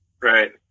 Right